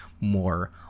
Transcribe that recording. more